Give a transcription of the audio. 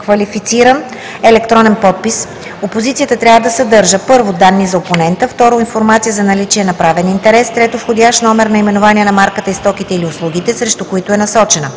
квалифициран електронен подпис. Опозицията трябва да съдържа: 1. данни за опонента; 2. информация за наличие на правен интерес; 3. входящ номер, наименование на марката и стоките или услугите, срещу които е насочена;